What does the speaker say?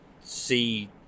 see